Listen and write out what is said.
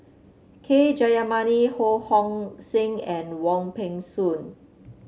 K Jayamani Ho Hong Sing and Wong Peng Soon